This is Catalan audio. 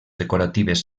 decoratives